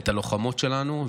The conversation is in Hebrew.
את הלוחמות שלנו.